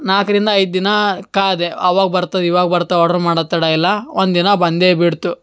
ನಾಲ್ಕರಿಂದ ಐದು ದಿನ ಕಾದೆ ಅವಾಗ ಬರ್ತದೆ ಇವಾಗ ಬರ್ತವೆ ಆರ್ಡ್ರ್ ಮಾಡೋದ್ ತಡ ಇಲ್ಲ ಒಂದಿನ ಬಂದೇ ಬಿಟ್ತು